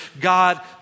God